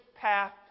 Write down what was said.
path